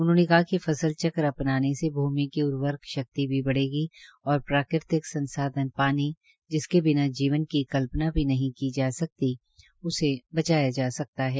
उन्होंने कहा कि फसल चक्र अपनाने से भूमि की उवर्रक शक्ति भी बढ़ेगी और प्राकृतिक संसाधन पानी जिसके बिना जीवन की कल्पना भी नहीं का जा सकती उसे बचाया जा सकता है